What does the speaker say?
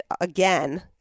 again